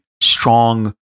strong